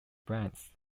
brands